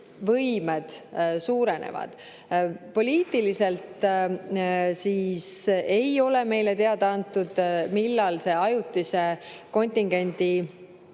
võimed suurenevad. Poliitiliselt ei ole meile teada antud, millal see ajutise kontingendi